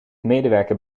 medewerker